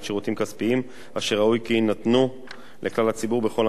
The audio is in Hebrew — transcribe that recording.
כספיים אשר ראוי כי יינתנו לכלל הציבור בכל המדינה,